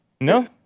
No